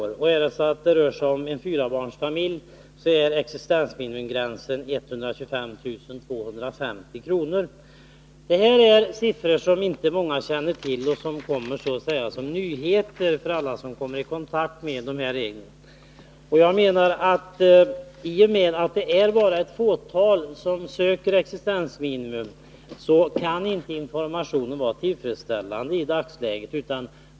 Rör det sig om en fyrabarnsfamilj är existensminimumgränsen 125 250 kr. Det är siffror som inte många känner till utan som är nyheter för alla som kommer i kontakt med de här reglerna. Jag menar att eftersom bara ett fåtal söker existensminimum, så kan väl inte informationen vara tillfredsställande i dagsläget.